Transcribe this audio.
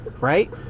right